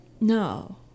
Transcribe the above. No